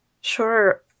Sure